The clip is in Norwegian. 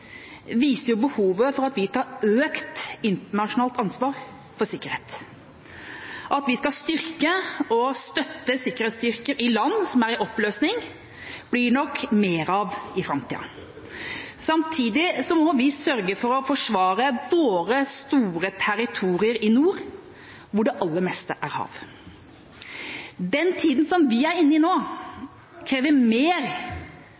viser behovet for at vi tar økt internasjonalt ansvar for sikkerhet. At vi skal styrke og støtte sikkerhetsstyrker i land som er i oppløsning, blir det nok mer av i framtida. Samtidig må vi sørge for å forsvare våre store territorier i nord, hvor det aller meste er hav. Den tida vi nå er inne i, krever mer